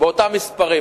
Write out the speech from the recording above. באותם מספרים.